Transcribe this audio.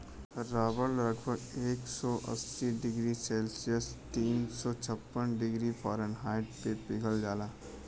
रबड़ लगभग एक सौ अस्सी डिग्री सेल्सियस तीन सौ छप्पन डिग्री फारेनहाइट पे पिघल जाला